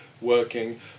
working